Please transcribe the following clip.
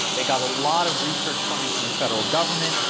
they got a lot of research funding from the federal government.